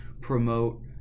promote